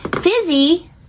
Fizzy